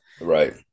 Right